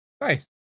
Nice